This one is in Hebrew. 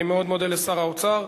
אני מאוד מודה לשר האוצר.